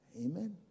Amen